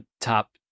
top